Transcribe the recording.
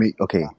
okay